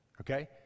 okay